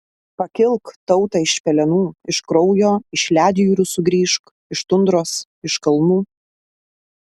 pakilk tauta iš pelenų iš kraujo iš ledjūrių sugrįžk iš tundros iš kalnų